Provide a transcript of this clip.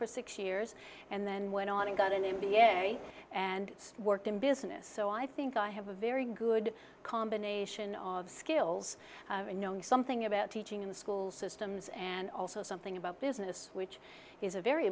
for six years and then went on and got an m b a and worked in business so i think i have a very good combination of skills in knowing something about teaching in the school systems and also something about business which is a very